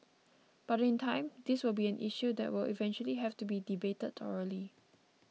but in time this will be an issue that will eventually have to be debated thoroughly